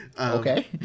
Okay